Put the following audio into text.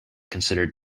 considered